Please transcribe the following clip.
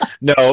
no